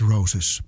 Roses